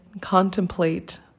contemplate